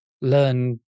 learn